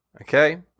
Okay